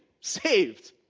saved